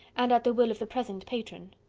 and at the will of the present patron.